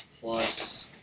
plus